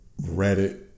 Reddit